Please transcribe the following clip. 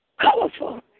colorful